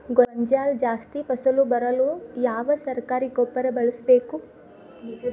ಗೋಂಜಾಳ ಜಾಸ್ತಿ ಫಸಲು ಬರಲು ಯಾವ ಸರಕಾರಿ ಗೊಬ್ಬರ ಬಳಸಬೇಕು?